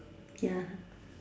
ya